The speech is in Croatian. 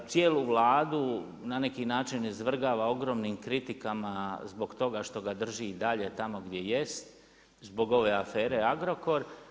Cijelu Vladu na neki način izvrgava ogromnim kritikama zbog toga što ga drži i dalje tamo gdje jest, zbog ove afere Agrokor.